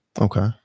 Okay